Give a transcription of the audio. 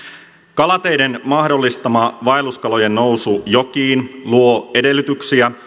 kalateiden mahdollistama vaelluskalojen nousu jokiin luo edellytyksiä